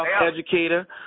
Educator